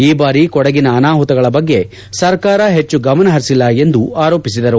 ಈ ಬಾರಿ ಕೊಡಗಿನ ಅನಾಹುತಗಳ ಬಗ್ಗೆ ಸರ್ಕಾರ ಹೆಚ್ಚು ಗಮನಹರಿಸಿಲ್ಲ ಎಂದು ಆರೋಪಿಸಿದರು